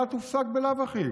החל"ת הופסק בלאו הכי,